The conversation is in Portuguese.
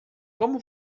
como